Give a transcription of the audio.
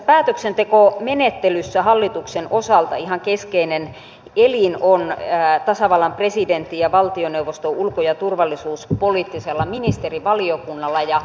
tässä päätöksentekomenettelyssä hallituksen osalta ihan keskeinen elin on tasavallan presidentin ja valtioneuvoston ulko ja turvallisuuspoliittinen ministerivaliokunta